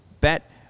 bet